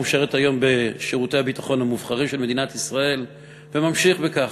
הוא משרת היום בשירותי הביטחון המובחרים של מדינת ישראל וממשיך בכך.